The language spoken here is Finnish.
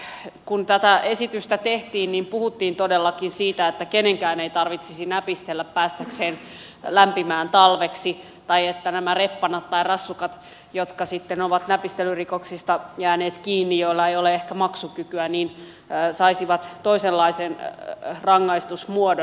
kun tätä esitystä tehtiin niin puhuttiin todellakin siitä että kenenkään ei tarvitsisi näpistellä päästäkseen lämpimään talveksi tai että nämä reppanat tai rassukat jotka ovat näpistelyrikoksista jääneet kiinni ja joilla ei ole ehkä maksukykyä saisivat toisenlaisen rangaistusmuodon